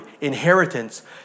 inheritance